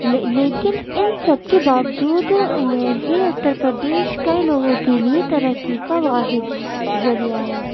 لے لیکن ان سب کے باوجود ہی اتر پردیش کئی لوگوں کے لیے ترقی کا واحد ذریعہ ہے